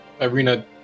Irina